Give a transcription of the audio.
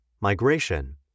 migration